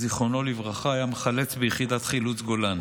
זיכרונו לברכה, היה מחלץ ביחידת חילוץ גולן